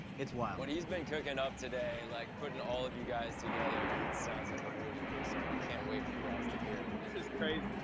it's wild. what he's been cooking up today, like, putting all of you guys together, it sounds like a really cool song. i can't wait for you guys to hear it and this is crazy.